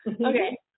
Okay